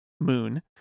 moon